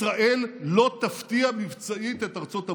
ישראל לא תפתיע מבצעית את ארצות הברית,